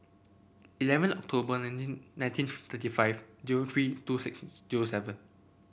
eleven October nineteen nineteen thirty five zero three two six zero seven